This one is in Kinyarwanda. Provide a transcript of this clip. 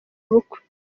ubukwe